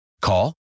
Call